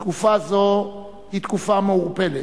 תקופה זאת היא תקופה מעורפלת,